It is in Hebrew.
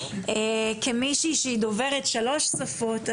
כמישהי שדוברת שלוש שפות,